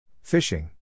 Fishing